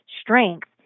strength